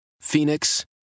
Phoenix